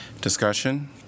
Discussion